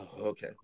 Okay